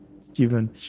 Stephen